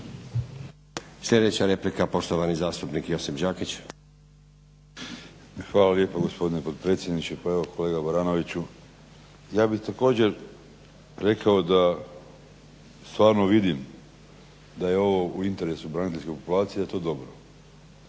Sljedeća replika poštovani zastupnik Josip Đakić. **Đakić, Josip (HDZ)** Hvala lijepo gospodine potpredsjedniče. Pa evo kolega Baranoviću ja bih također rekao da stvarno vidim da je ovo u interesu braniteljske populacije da je to